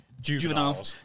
Juvenile